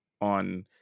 on